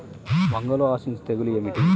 వంగలో ఆశించు తెగులు ఏమిటి?